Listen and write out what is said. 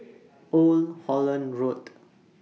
Old Holland Road